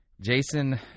Jason